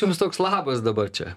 jums toks labas dabar čia